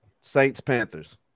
Saints-Panthers